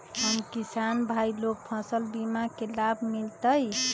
हम किसान भाई लोग फसल बीमा के लाभ मिलतई?